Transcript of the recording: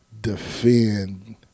defend